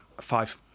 Five